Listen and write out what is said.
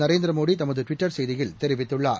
நரேந்திரமோடிதமதுட்விட்டர் செய்தியில் தெரிவித்துள்ளார்